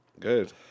Good